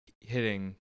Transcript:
hitting –